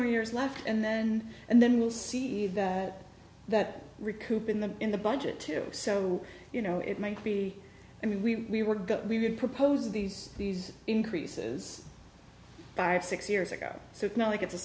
more years left and then and then we'll see that that recoup in the in the budget too so you know it might be i mean we would get we would propose these these increases five six years ago so it's not like it's a